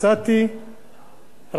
וראיתי אותו בג'ינס.